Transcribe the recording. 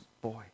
boy